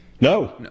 No